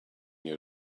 your